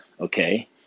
Okay